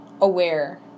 aware